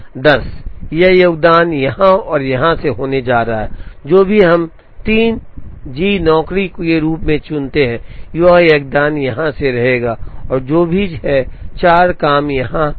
10 यह योगदान यहाँ और यहाँ से होने जा रहा है जो भी हम 3 जी नौकरी के रूप में चुनते हैं वह योगदान यहाँ और यहाँ से होगा जो भी है 4 काम यहाँ योगदान देगा